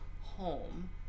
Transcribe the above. home